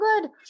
good